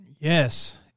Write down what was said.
Yes